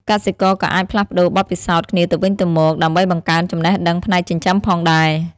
កសិករក៏អាចផ្លាស់ប្តូរបទពិសោធន៍គ្នាទៅវិញទៅមកដើម្បីបង្កើនចំណេះដឹងផ្នែកចិញ្ចឹមផងដែរ។